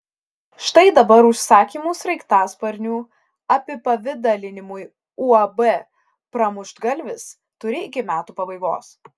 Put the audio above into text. štai dabar užsakymų sraigtasparnių apipavidalinimui uab pramuštgalvis turi iki metų pabaigos